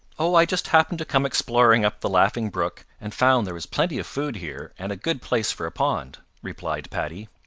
oh, i just happened to come exploring up the laughing brook and found there was plenty of food here and a good place for a pond, replied paddy.